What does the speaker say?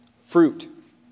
Fruit